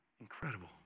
Incredible